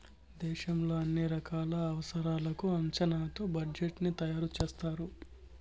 దేశంలో అన్ని రకాల అవసరాలకు అంచనాతో బడ్జెట్ ని తయారు చేస్తారు